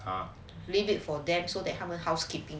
leave it for them so that 他们 housekeeping